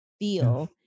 Feel